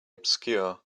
obscure